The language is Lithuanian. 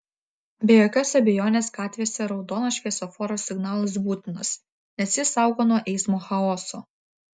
be jokios abejonės gatvėse raudonas šviesoforo signalas būtinas nes jis saugo nuo eismo chaoso